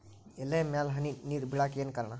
ಎಲೆ ಮ್ಯಾಲ್ ಹನಿ ನೇರ್ ಬಿಳಾಕ್ ಏನು ಕಾರಣ?